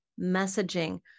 Messaging